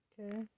okay